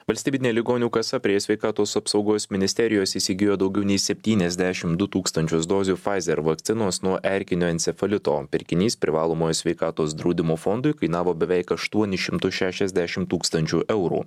valstybinė ligonių kasa prie sveikatos apsaugos ministerijos įsigijo daugiau nei septyniasdešimt du tūkstančius dozių pfizer vakcinos nuo erkinio encefalito pirkinys privalomojo sveikatos draudimo fondui kainavo beveik aštuonis šimtus šešiasdešimt tūkstančių eurų